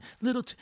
little